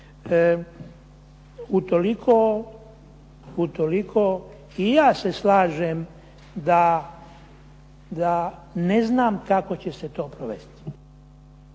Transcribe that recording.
Utoliko i ja se slažem da ne znam kako će se to provesti.